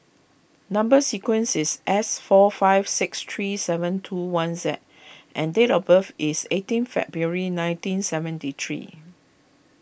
Number Sequence is S four five six three seven two one Z and date of birth is eighteen February nineteen seventy three